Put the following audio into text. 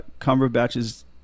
Cumberbatch's